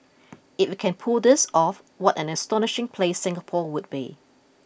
if it can pull this off what an astonishing place Singapore would be